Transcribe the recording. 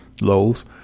lows